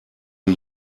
die